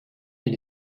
than